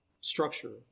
structure